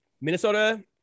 Minnesota